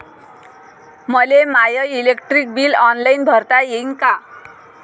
मले my electric bill online भरता येईन का?